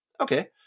Okay